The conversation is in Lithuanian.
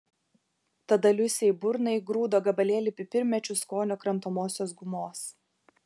tada liusei į burną įgrūdo gabalėlį pipirmėčių skonio kramtomosios gumos